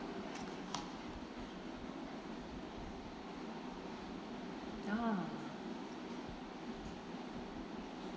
ah